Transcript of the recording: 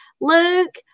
Luke